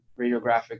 radiographic